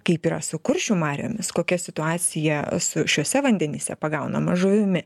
kaip yra su kuršių mariomis kokia situacija su šiuose vandenyse pagaunama žuvimi